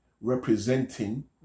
representing